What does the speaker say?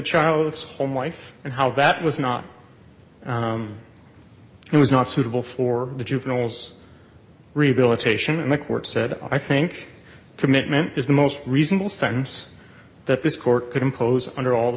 child's home life and how that was not it was not suitable for the juveniles rehabilitation and the court said i think commitment is the most reasonable sense that this court could impose under all the